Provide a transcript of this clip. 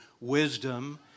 wisdom